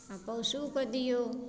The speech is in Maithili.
पौशुके दियौ